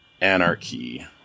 Anarchy